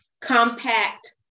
compact